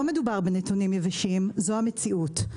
לא מדובר בנתונים יבשים, זו המציאות.